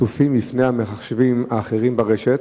חשופים בפני המחשבים האחרים ברשת.